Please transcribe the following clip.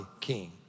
king